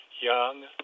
Young